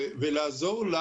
ולעזור לנו.